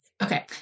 Okay